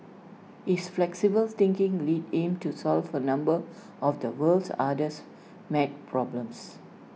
his flexible thinking led him to solve A number of the world's hardest math problems